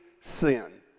sin